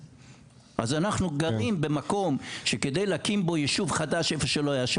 אז אנחנו גרים במקום שכדי להקים בו יישוב חדש במקום שלא היה,